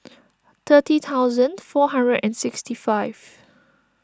thirty thousand four hundred and sixty five